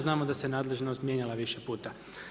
Znamo da se nadležnost mijenjala više puta.